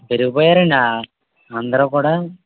పెరిగిపోయారండి అందరూ కూడా